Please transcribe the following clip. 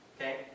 Okay